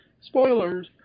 Spoilers